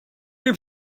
your